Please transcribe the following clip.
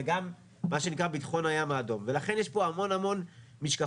זה מה שנקרא בטחון הים האדום ולכן יש פה המון המון משקפיים.